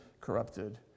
corrupted